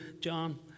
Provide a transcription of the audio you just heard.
John